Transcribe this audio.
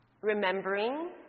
Remembering